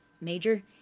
Major